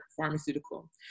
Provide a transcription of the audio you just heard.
pharmaceutical